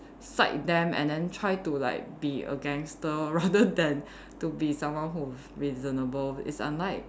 side them and then try like to be a gangster rather than to be someone who reasonable it's unlike